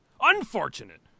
unfortunate